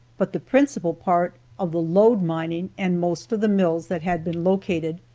but the principal part of the lode mining, and most of the mills that had been located,